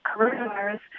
coronavirus